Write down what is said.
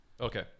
Okay